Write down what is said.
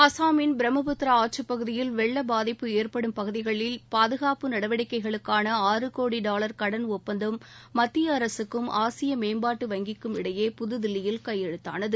அசாமின் பிரம்மபுத்திரா ஆற்றுப் பகுதியில் வெள்ளப் பாதிப்பு ஏற்படும் பகுதிகளில் பாதுகாப்பு நடவடிக்கைகளுக்கான ஆறு கோடி டாவர் கடன் ஒப்பந்தம் மத்திய அரசுக்கும் ஆசிய மேம்பாட்டு வங்கிக்கும் இடையே புதுதில்லியில் கையெழுத்தானது